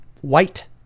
White